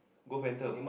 go phantom